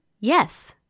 yes